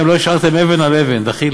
נתנו לכם שנתיים, לא השארתם אבן על אבן, דחילק.